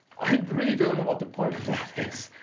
i really don't know what the point of that is.